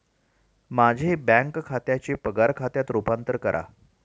माझे बँक खात्याचे पगार खात्यात रूपांतर करा